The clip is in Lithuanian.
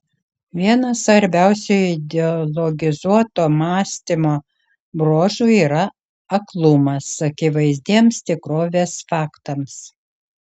vienas svarbiausių ideologizuoto mąstymo bruožų yra aklumas akivaizdiems tikrovės faktams